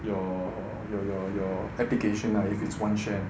your yo~ yo~ your application lah if it's one share